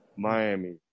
Miami